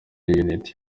unit